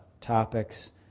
topics